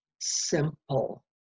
simple